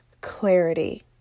clarity